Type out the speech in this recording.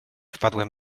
wpadłem